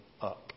up